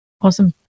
Awesome